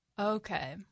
Okay